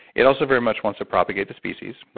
it also very much wants to propagate the species,